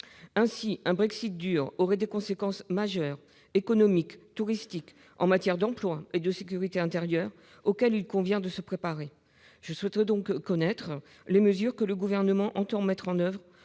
Ainsi un Brexit « dur » aurait des conséquences majeures- économiques, touristiques, en matière d'emploi et de sécurité intérieure -, auxquelles il convient de se préparer. Je souhaite donc connaître les mesures que le Gouvernement entend mettre en oeuvre,